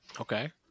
Okay